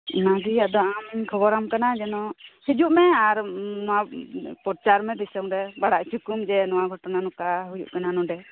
ᱚᱱᱜᱮ ᱟᱫᱚ ᱟᱢ ᱤᱧ ᱠᱷᱚᱵᱚᱨᱟᱢ ᱠᱟᱱᱟ ᱡᱮᱱᱚ ᱦᱤᱡᱩᱜ ᱢᱮ ᱟᱨ ᱱᱚᱣᱟ ᱯᱨᱚᱪᱟᱨ ᱢᱮ ᱫᱤᱥᱚᱢ ᱨᱮ ᱵᱟᱲᱟᱭ ᱪᱚ ᱠᱚᱢ ᱡᱮ ᱱᱚᱣᱟ ᱜᱷᱚᱴᱚᱱᱟ ᱱᱚᱝᱠᱟ ᱦᱩᱭᱩᱜ ᱠᱟᱱᱟ ᱱᱚᱰᱮ